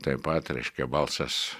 taip pat reiškia balsas